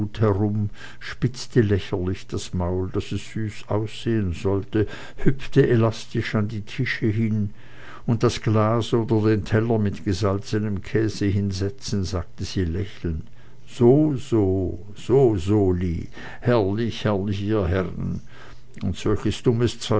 herum spitzte lächerlich das mann daß es süß aussehen sollte hüpfte elastisch an die tische hin und das glas oder den teller mit gesalzenem käse hinsetzend sagte sie lächelnd so so so soli herrlich herrlich ihr herren und solches dummes